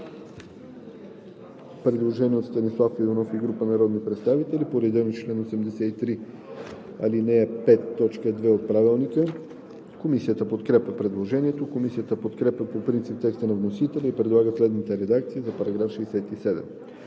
предложение на Станислав Иванов и група народни представители по реда на чл. 83, ал. 5, т. 2 от нашия Правилник. Комисията подкрепя предложението. Комисията подкрепя по принцип текста на вносителя и предлага следната редакция за § 122: „§